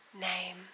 name